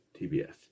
TBS